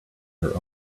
her